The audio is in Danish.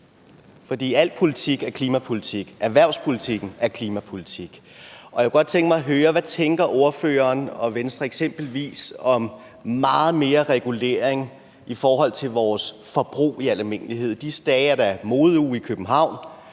fordi al politik er klimapolitik, at erhvervspolitikken er klimapolitik – hvad ordføreren og Venstre eksempelvis tænker om meget mere regulering i forhold til vores forbrug i al almindelighed. I disse dage er der modeuge i København,